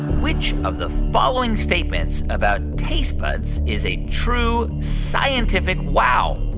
which of the following statements about taste buds is a true scientific wow?